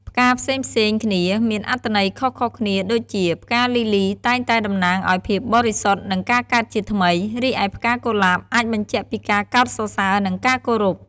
ផ្កាផ្សេងៗគ្នាមានអត្ថន័យខុសៗគ្នាដូចជា ផ្កាលីលីតែងតែតំណាងឱ្យភាពបរិសុទ្ធ និងការកើតជាថ្មី រីឯផ្កាកុលាបអាចបញ្ជាក់ពីការកោតសរសើរ និងការគោរព។